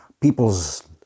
people's